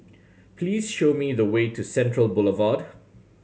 please show me the way to Central Boulevard